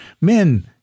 men